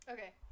Okay